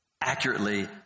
accurately